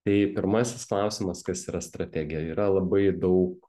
tai pirmasis klausimas kas yra strategija yra labai daug